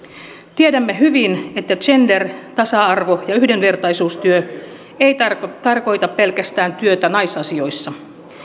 tiedämme hyvin että gender tasa arvo ja yhdenvertaisuustyö ei tarkoita tarkoita pelkästään työtä naisasioissa